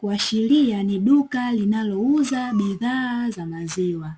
kuashiria ni duka linalouza bidhaa za maziwa.